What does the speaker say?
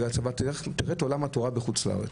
תראה את עולם התורה בחוץ לארץ.